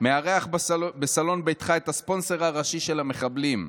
מארח בסלון ביתך את הספונסר הראשי של המחבלים,